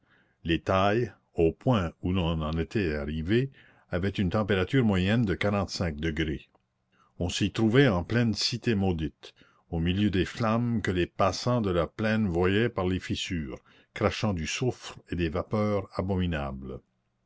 les tailles au point où l'on en était arrivé avaient une température moyenne de quarante-cinq degrés on s'y trouvait en pleine cité maudite au milieu des flammes que les passants de la plaine voyaient par les fissures crachant du soufre et des vapeurs abominables